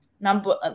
Number